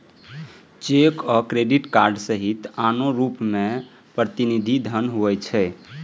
cheque आ credit card सहित आनो रूप मे प्रतिनिधि धन होइ छै